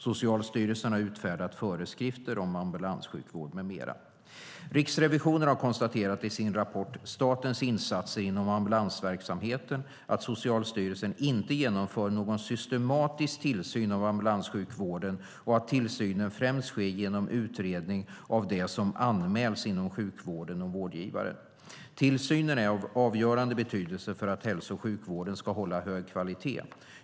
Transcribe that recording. Socialstyrelsen har utfärdat föreskrifter om ambulanssjukvård m.m. Riksrevisionen har konstaterat i sin rapport Statens insatser inom ambulansverksamheten att Socialstyrelsen inte genomför någon systematisk tillsyn av ambulanssjukvården och att tillsynen främst sker genom utredning av det som anmäls inom sjukvården och vårdgivaren. Tillsynen är av avgörande betydelse för att hälso och sjukvården ska hålla en hög kvalitet.